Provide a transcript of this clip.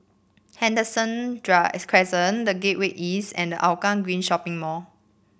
Henderson Crescent The Gateway East and Hougang Green Shopping Mall